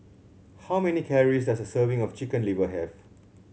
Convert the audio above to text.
how many calories does a serving of Chicken Liver have